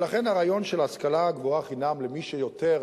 ולכן הרעיון של השכלה גבוהה חינם למי שיותר